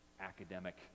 academic